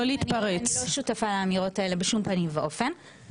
אני לא שותפה לאמירות האלה בשום פנים ואופן.